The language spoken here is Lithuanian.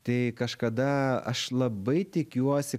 tai kažkada aš labai tikiuosi